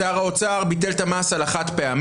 שר האוצר ביטל את המס על החד-פעמי.